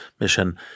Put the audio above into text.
mission